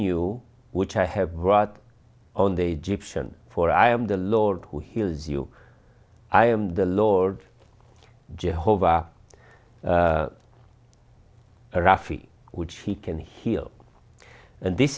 you which i have brought on the diction for i am the lord who heals you i am the lord jehovah raffi which he can heal and this